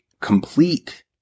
complete